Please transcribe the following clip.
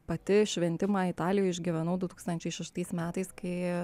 pati šventimą italijoje išgyvenau du tūkstančiai šeštais metais kai